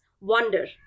wonder